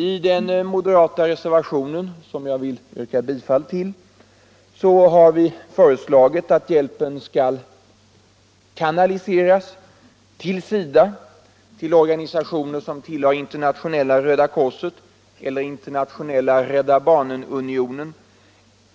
I den moderata reservationen, som jag vill yrka bifall till, har vi föreslagit att hjälpen skall kanaliseras till SIDA, till organisationer som tillhör Internationella röda korset eller Internationella rädda barnen-unionen,